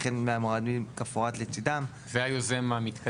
החל מהמועדים כמפורט לצידם: זה היוזם המתקדם?